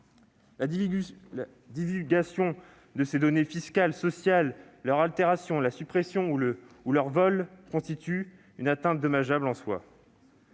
La divulgation de ces données- fiscales, sociales ou autres -, leur altération, leur suppression ou leur vol constituent des atteintes dommageables en soi,